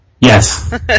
Yes